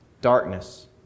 darkness